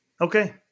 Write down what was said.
Okay